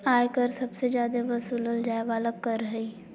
आय कर सबसे जादे वसूलल जाय वाला कर हय